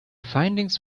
findings